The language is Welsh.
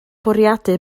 bwriadu